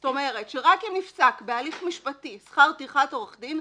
זאת אומרת שרק אם נפסק בהליך משפטי שכר טרחת עורך דין,